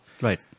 Right